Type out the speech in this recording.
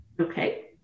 Okay